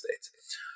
states